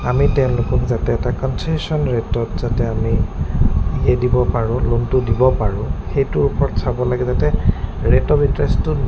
আমি তেওঁলোকক যাতে এটা কনচেশ্বন ৰেটত যাতে আমি দিব পাৰোঁ লোনটো দিব পাৰোঁ সেইটোৰ ওপৰত চাব লাগে যাতে ৰেট অফ ইণ্টাৰেষ্টটো